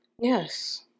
Yes